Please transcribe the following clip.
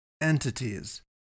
entities